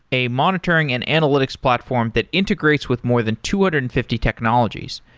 a monitoring and analytics platform that integrates with more than two hundred and fifty technologies,